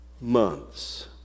months